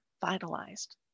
vitalized